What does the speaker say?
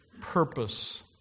purpose